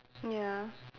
ya